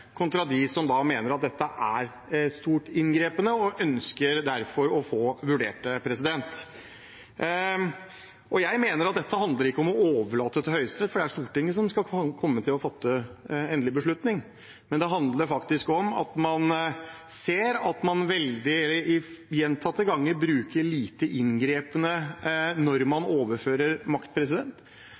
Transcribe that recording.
kontra de som mener at dette er veldig inngripende og derfor ønsker å få vurdert det. Jeg mener at dette ikke handler om å overlate det til Høyesterett, for det er Stortinget som kommer til å fatte endelig beslutning, men det handler faktisk om at man ser at man gjentatte ganger bruker begrepet «lite inngripende» når man overfører makt.